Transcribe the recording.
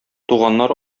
туганнар